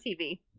tv